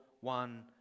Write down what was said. one